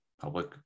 public